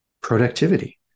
productivity